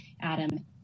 Adam